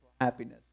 happiness